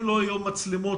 אם לא יהיו מצלמות,